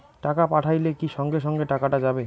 টাকা পাঠাইলে কি সঙ্গে সঙ্গে টাকাটা যাবে?